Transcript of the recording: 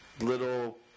little